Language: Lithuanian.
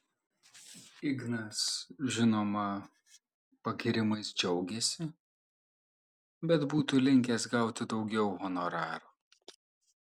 ignas žinoma pagyrimais džiaugėsi bet būtų linkęs gauti daugiau honoraro